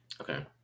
Okay